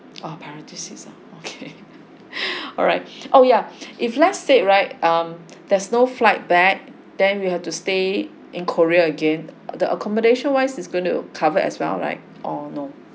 oh priority seats ah okay alright oh yeah if let's say right um there's no flight back then we had to stay in korea again the accommodation wise is gonna cover as well right or no